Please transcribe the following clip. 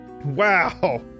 Wow